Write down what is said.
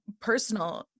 personal